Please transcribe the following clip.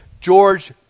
George